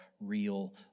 real